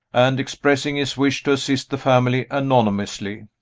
and expressing his wish to assist the family anonymously,